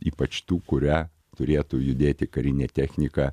ypač tų kuria turėtų judėti karinė technika